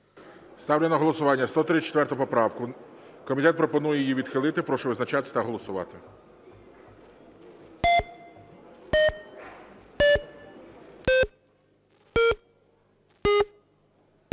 Ставлю на голосування 125 поправку. Комітет пропонує відхилити. Прошу визначатися та голосувати.